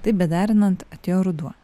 taip bederinant atėjo ruduo